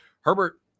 Herbert